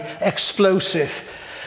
explosive